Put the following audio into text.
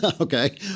okay